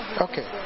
Okay